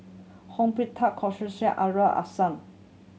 Hong Aliman Hassan